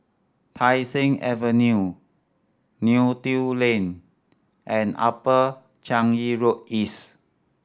Tai Seng Avenue Neo Tiew Lane and Upper Changi Road East